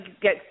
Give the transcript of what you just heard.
get